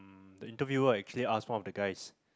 the interviewer actually asked one of the guys